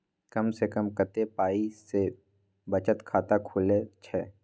कम से कम कत्ते पाई सं बचत खाता खुले छै?